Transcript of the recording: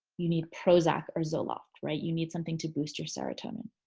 you need prozac or zoloft, right? you need something to boost your serotonin.